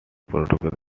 portuguese